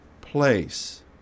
place